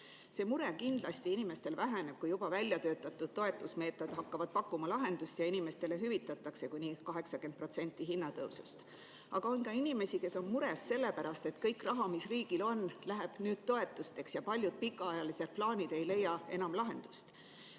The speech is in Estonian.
See mure kindlasti inimestel väheneb, kui juba väljatöötatud toetusmeetmed hakkavad lahendusi pakkuma ja inimestele hüvitatakse kuni 80% hinnatõusust. Aga on ka inimesi, kes on mures sellepärast, et kõik raha, mis riigil on, läheb nüüd toetusteks ja paljud pikaajalised plaanid ei leia enam lahendust.